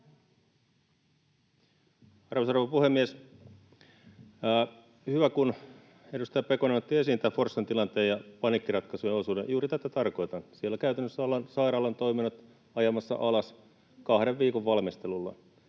Arvoisa rouva puhemies! Hyvä, kun edustaja Pekonen otti esiin tämän Forssan tilanteen ja paniikkiratkaisujen osuuden. Juuri tätä tarkoitan. Siellä käytännössä ollaan sairaalan toiminnot ajamassa alas kahden viikon valmistelulla.